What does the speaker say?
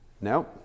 No